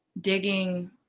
digging